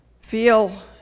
Feel